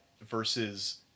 versus